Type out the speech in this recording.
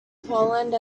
poland